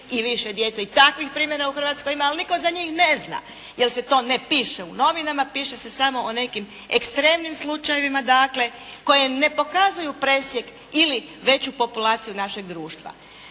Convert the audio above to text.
i više djece. I takvih primjera u Hrvatskoj ima, ali nitko za njih ne zna, jer se to ne piše u novinama. Piše se samo o nekim ekstremnim slučajevima dakle koje ne pokazuju presjek ili veću populaciju našeg društva.